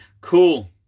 Cool